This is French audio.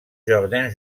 jardin